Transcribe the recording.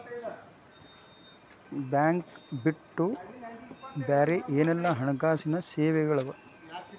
Bank ಬಿಟ್ಟು ಬ್ಯಾರೆ ಏನೆಲ್ಲಾ ಹಣ್ಕಾಸಿನ್ ಸೆವೆಗಳವ?